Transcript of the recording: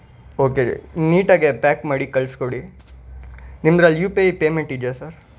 okay ನೀಟಾಗಿ pack ಮಾಡಿ ಕಳ್ಸಿಕೊಡಿ ನಿಮ್ದ್ರಲ್ಲಿ ಯು ಪಿ ಐ ಪೇಮೆಂಟ್ ಇದೆಯಾ ಸರ್